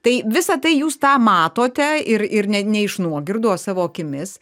tai visą tai jūs tą matote ir ir ne ne iš nuogirdų o savo akimis